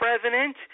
president